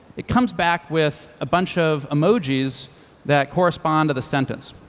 it comes back with a bunch of emojis that correspond to the sentence.